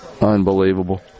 Unbelievable